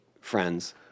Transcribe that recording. friends